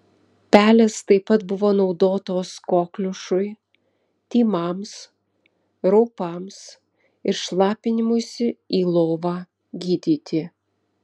pelės taip pat buvo naudotos kokliušui tymams raupams ir šlapinimuisi į lovą gydyti